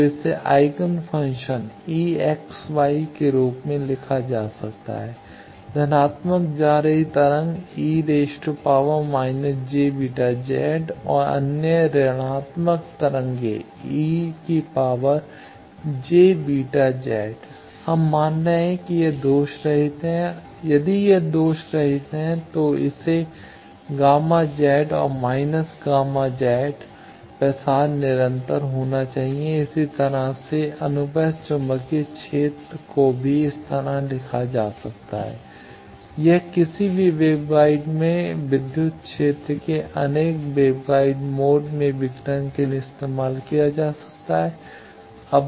तो इसे eigenfunction e x y के रूप में लिखा जा सकता है 1 धनात्मक जा रही तरंग e− jβz और अन्य ऋणात्मक तरंगें e jβz हम मान रहे हैं कि यह दोषरहित है यदि यह दोषरहित नहीं है तो इसे γ z और −γ z प्रसार निरंतर होना चाहिए इसी तरह से अनुप्रस्थ चुंबकीय क्षेत्र को भी इस तरह लिखा जा सकता है यह किसी भी वेवगाइड में विद्युत क्षेत्र के अनेक वेवगाइड मोड में विघटन के लिए इस्तेमाल किया जा सकता है